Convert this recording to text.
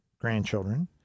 grandchildren